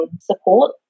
support